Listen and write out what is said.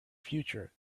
future